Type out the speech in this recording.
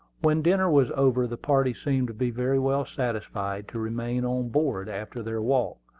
when dinner was over the party seemed to be very well satisfied to remain on board after their walk,